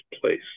place